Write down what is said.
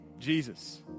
Jesus